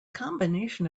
combination